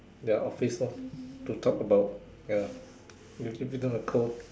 their office lor to talk about ya you keep it on the